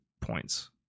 points